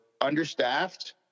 understaffed